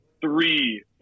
three